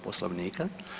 Poslovnika.